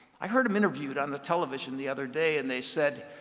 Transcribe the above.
i heard him interviewed on the television the other day and they said,